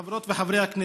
חברות וחברי הכנסת,